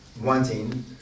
wanting